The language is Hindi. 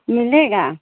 मिलेगा